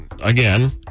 again